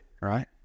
right